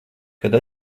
kad